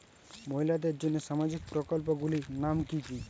মহিলাদের জন্য সামাজিক প্রকল্প গুলির নাম কি কি?